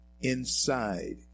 inside